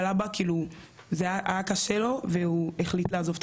אבל אבא זה היה קשה לו והוא החליט לעזוב את